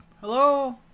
Hello